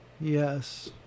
Yes